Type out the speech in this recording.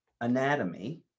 anatomy